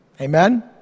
Amen